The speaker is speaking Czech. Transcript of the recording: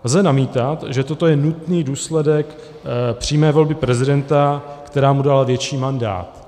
Lze namítat, že toto je nutný důsledek přímé volby prezidenta, která mu dala větší mandát.